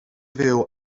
fyw